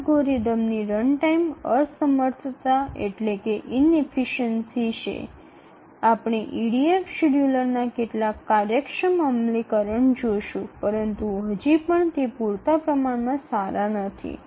অ্যালগরিদমের একটি অদক্ষতা হল রানটাইম আমরা EDF শিডিয়ুলারের কিছু কার্যকর বাস্তবায়ন দেখতে পাব তবুও সেগুলি যথেষ্ট ভাল নয়